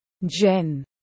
jen